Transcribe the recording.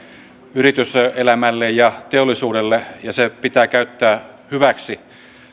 yrityselämälle ja teollisuudelle ja se pitää käyttää hyväksi